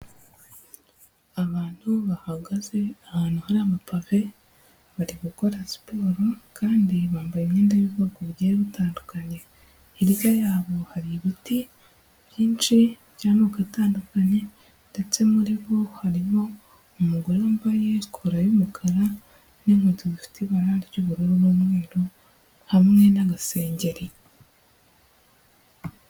Abantu bahagaze ahantu hari amapave, bari gukora siporo kandi bambaye imyenda y'ubwoko bugiye butandukanye, hirya yabo hari ibiti byinshi by'amoko atandukanye ndetse muri bo harimo umugore wambaye kola y'umukara n'inkweto zifite ibara ry'ubururu n'umweru hamwe n'amasengeri.